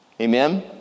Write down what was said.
Amen